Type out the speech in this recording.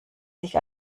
sich